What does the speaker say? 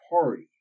party